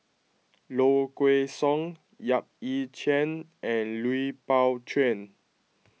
Low Kway Song Yap Ee Chian and Lui Pao Chuen